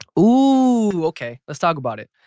oooooh, okay, let's talk about it.